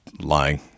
lying